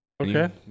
Okay